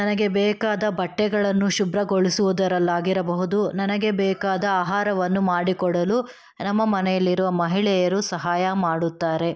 ನನಗೆ ಬೇಕಾದ ಬಟ್ಟೆಗಳನ್ನು ಶುಭ್ರಗೊಳಿಸುವುದರಲ್ಲಾಗಿರಬಹುದು ನನಗೆ ಬೇಕಾದ ಆಹಾರವನ್ನು ಮಾಡಿಕೊಡಲು ನಮ್ಮ ಮನೆಯಲ್ಲಿರುವ ಮಹಿಳೆಯರು ಸಹಾಯ ಮಾಡುತ್ತಾರೆ